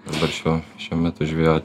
dabar šiuo šiuo metu žvejoti